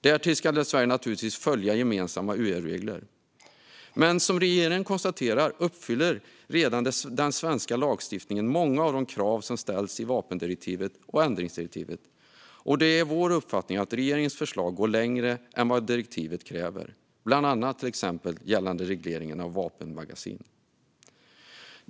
Därtill ska Sverige naturligtvis följa gemensamma EU-regler. Men som regeringen konstaterar uppfyller redan den svenska lagstiftningen många av de krav som ställs i vapendirektivet och ändringsdirektivet, och det är vår uppfattning att regeringens förslag går längre än vad direktivet kräver, bland annat gällande regleringen av vapenmagasin.